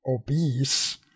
obese